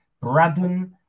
Braddon